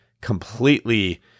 completely